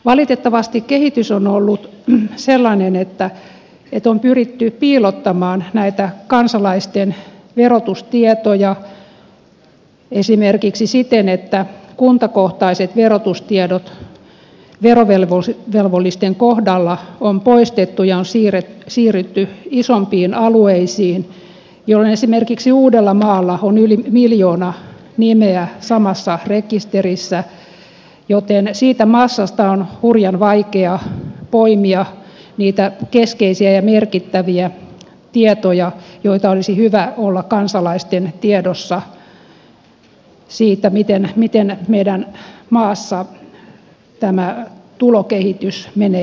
valitettavasti kehitys on ollut sellainen että on pyritty piilottamaan kansalaisten verotustietoja esimerkiksi siten että kuntakohtaiset verotustiedot verovelvollisten kohdalla on poistettu ja on siirrytty isompiin alueisiin jolloin esimerkiksi uudellamaalla on yli miljoona nimeä samassa rekisterissä joten siitä massasta on hurjan vaikea poimia niitä keskeisiä ja merkittäviä tietoja joita olisi hyvä olla kansalaisten tiedossa siitä miten meidän maassamme tulokehitys menee eteenpäin